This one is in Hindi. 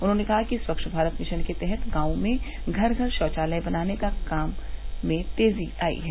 उन्होंने कहा कि स्वच्छ भारत मिशन के तहत गांवों में घर घर शौचालय बनाने के काम में तेजी आई है